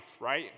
right